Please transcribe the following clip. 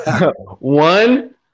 One